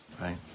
right